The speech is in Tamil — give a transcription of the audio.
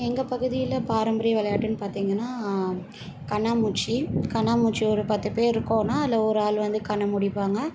எங்கள் பகுதியில் பாரம்பரிய விளையாட்டுன்னு பார்த்தீங்கனா கண்ணாமூச்சி கண்ணாமூச்சி ஒரு பத்து பேர் இருக்கோம்னா அதில் ஒரு ஆள் வந்து கண் மூடிப்பாங்க